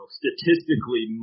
statistically